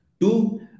Two